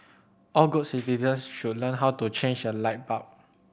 all good citizens should learn how to change a light bulb